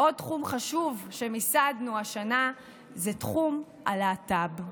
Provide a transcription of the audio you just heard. עוד תחום חשוב שמיסדנו השנה זה תחום הלהט"ב.